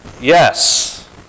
Yes